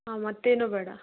ಹಾಂ ಮತ್ತೇನೂ ಬೇಡ